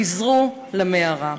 חזרו למערה.